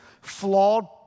flawed